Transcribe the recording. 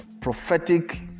prophetic